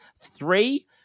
Three